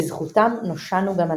בזכותם נושענו גם אנחנו"